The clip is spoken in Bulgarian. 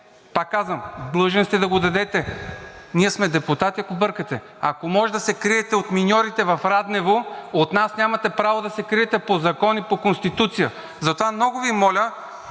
Пак казвам, длъжен сте да го дадете. Ние сме депутати, ако бъркате. Ако може да се криете от миньорите в Раднево, от нас нямате право да се криете по закон и по Конституция. Затова, много Ви моля